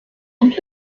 und